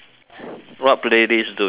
what playlist do you have